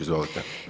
Izvolite.